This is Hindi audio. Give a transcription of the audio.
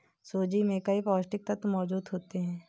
सूजी में कई पौष्टिक तत्त्व मौजूद होते हैं